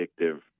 addictive